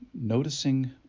Noticing